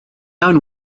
iawn